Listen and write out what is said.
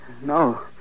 No